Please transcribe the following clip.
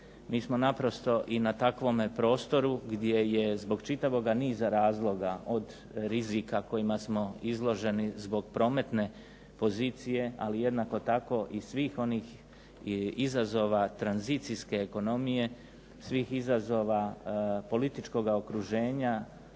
Mi smo naprosto i na takvome prostoru gdje je zbog čitavoga niza razloga, od rizika kojima smo izloženi zbog prometne pozicije, ali jednako tako i svih onih izazova tranzicijske ekonomije, svih izazova političkoga okruženja